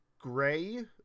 gray